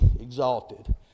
exalted